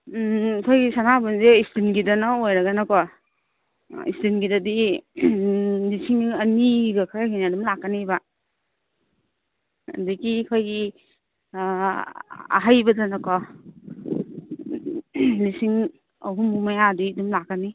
ꯑꯩꯈꯣꯏꯒꯤ ꯁꯅꯥꯕꯨꯟꯁꯦ ꯏꯁꯇꯤꯜꯒꯤꯗꯅ ꯑꯣꯏꯔꯒꯅꯀꯣ ꯏꯁꯇꯤꯜꯒꯤꯗꯗꯤ ꯂꯤꯁꯤꯡ ꯑꯅꯤꯒ ꯈꯔ ꯍꯦꯟꯅ ꯑꯗꯨꯝ ꯂꯥꯛꯀꯅꯤꯕ ꯑꯗꯒꯤ ꯑꯩꯈꯣꯏꯒꯤ ꯑꯍꯩꯕꯗꯅꯀꯣ ꯂꯤꯁꯤꯡ ꯑꯍꯨꯝꯃꯨꯛ ꯃꯌꯥꯗꯤ ꯑꯗꯨꯝ ꯂꯥꯛꯀꯅꯤ